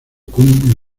cum